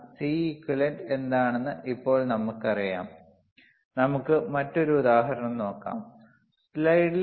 അതിനാൽ fp യുടെ സമവാക്യത്തിൽ Cequivalent ന്റെ മൂല്യം പകരം വയ്ക്കുന്ന Cequivalent എന്താണെന്ന് ഇപ്പോൾ നമുക്കറിയാം We get 1 by 2 pi under root of L into 0